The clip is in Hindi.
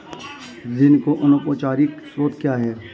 ऋण के अनौपचारिक स्रोत क्या हैं?